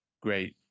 great